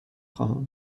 خواهم